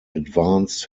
advanced